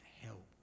help